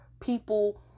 people